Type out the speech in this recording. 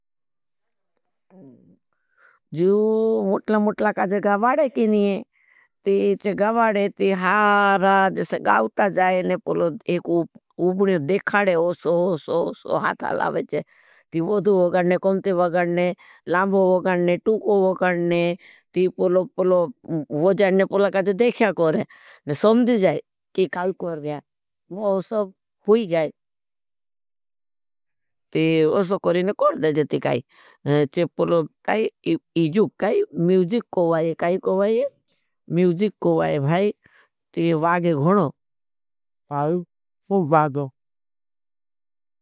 जो मुटला मुटला काजे गावाडे की नहीं है। जो गावाडे, ती हारा जैसे गावता जाए ने पुलो एक उबने देखाडे, ओसो, ओसो, ओसो हाता लावेचे, ती वोधो वगडने, कमते वगडने, ती पुलो, पुलोकाजे देखंग के, न ने। समझं जायी की काये खोलडाए। अब उससे, हुई जाया। ती उससे कराmera कर दो जैंगे ती काये। चे पुलो, पुलो काजी येजू, काये मिंजिक कोवोईएरे, काई कोवाईएरे को वाई भाई तो ये वागे खोणो पूछ वागे।